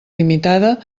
limitada